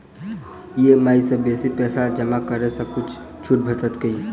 EMI सँ बेसी पैसा जमा करै सँ किछ छुट भेटत की?